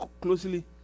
closely